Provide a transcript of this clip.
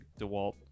dewalt